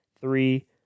three